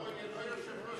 רבותי חברי הכנסת.